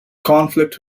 conflict